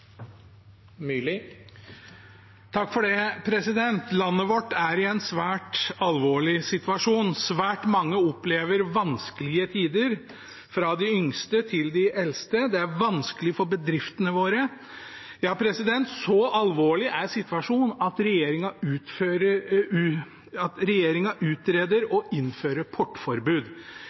i en svært alvorlig situasjon. Svært mange opplever vanskelig tider, fra de yngste til de eldste. Det er vanskelig for bedriftene våre – ja, så alvorlig er situasjonen at regjeringen utreder å innføre portforbud. Tenk at vi i Norge diskuterer om det kan bli nødvendig å innføre portforbud.